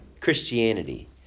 Christianity